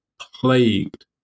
plagued